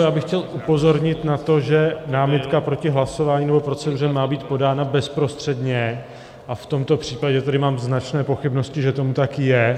Já bych chtěl upozornit na to, že námitka proti hlasování nebo proceduře má být podána bezprostředně, a v tomto případě mám tedy značné pochybnosti, že tomu tak je.